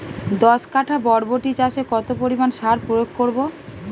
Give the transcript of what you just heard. দশ কাঠা বরবটি চাষে কত পরিমাণ সার প্রয়োগ করব?